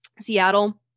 Seattle